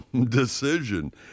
decision